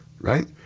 right